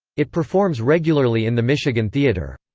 it performs regularly in the michigan theater.